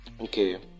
Okay